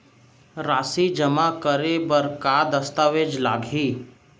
राशि जेमा करे बर का दस्तावेज लागही?